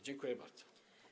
Dziękuję bardzo.